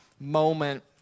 moment